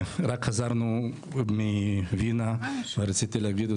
רק חזרנו מוינה ורציתי להגיד,